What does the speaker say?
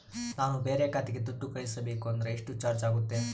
ನಾನು ಬೇರೆ ಖಾತೆಗೆ ದುಡ್ಡು ಕಳಿಸಬೇಕು ಅಂದ್ರ ಎಷ್ಟು ಚಾರ್ಜ್ ಆಗುತ್ತೆ?